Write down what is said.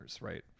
right